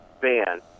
ban